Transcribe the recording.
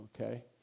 okay